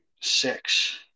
six